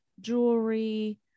jewelry